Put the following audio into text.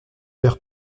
père